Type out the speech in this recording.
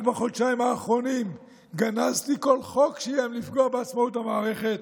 רק בחודשיים האחרונים גנזתי כל חוק שאיים לפגוע בעצמאות המערכת,